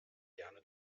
gerne